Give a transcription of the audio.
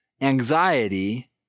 anxiety